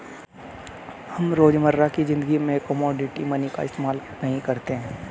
हम रोजमर्रा की ज़िंदगी में कोमोडिटी मनी का इस्तेमाल नहीं करते